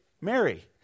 Mary